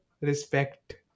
respect